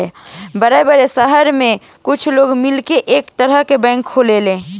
बड़ा बड़ा सहर में कुछ लोग मिलके एक तरह के बैंक खोलेलन